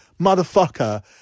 motherfucker